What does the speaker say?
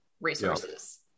resources